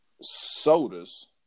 sodas